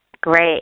Great